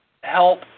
help